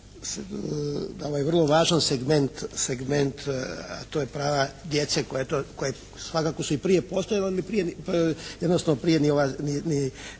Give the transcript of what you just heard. ovaj vrlo važan segment a to je prava djece koja svakako su i prije postojala ali prije ni ova